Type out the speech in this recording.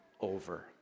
over